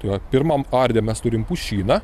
tai va pirmam arde mes turim pušyną